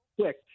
Quick